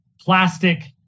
plastic